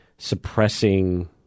suppressing